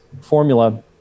formula